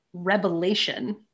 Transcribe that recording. revelation